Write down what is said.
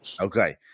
Okay